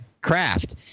craft